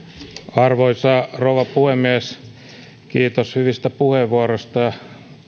arvoisa rouva puhemies kiitos hyvistä puheenvuoroista ja